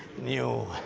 new